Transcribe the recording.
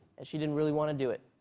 and she didn't really want to do it.